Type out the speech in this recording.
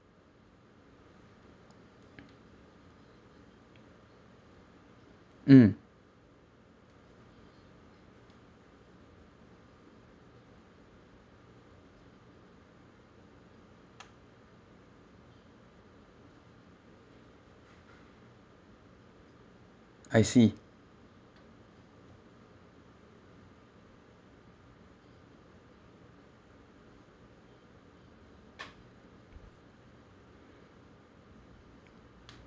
mm I see